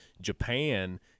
Japan